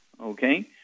okay